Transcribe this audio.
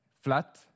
flat